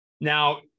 Now